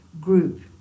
group